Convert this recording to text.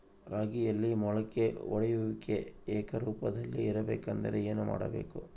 ರಾಗಿಯಲ್ಲಿ ಮೊಳಕೆ ಒಡೆಯುವಿಕೆ ಏಕರೂಪದಲ್ಲಿ ಇರಬೇಕೆಂದರೆ ಏನು ಮಾಡಬೇಕು?